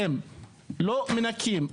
לא מנקים,